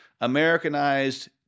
Americanized